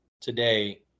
today